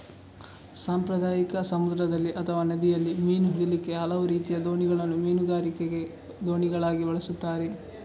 ಸಾಂಪ್ರದಾಯಿಕವಾಗಿ ಸಮುದ್ರದಲ್ಲಿ ಅಥವಾ ನದಿಯಲ್ಲಿ ಮೀನು ಹಿಡೀಲಿಕ್ಕೆ ಹಲವು ರೀತಿಯ ದೋಣಿಗಳನ್ನ ಮೀನುಗಾರಿಕೆ ದೋಣಿಗಳಾಗಿ ಬಳಸ್ತಾರೆ